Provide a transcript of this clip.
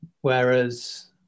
whereas